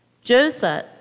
Joseph